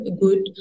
good